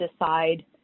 decide